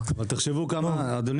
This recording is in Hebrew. אדוני